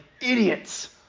idiots